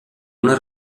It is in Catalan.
una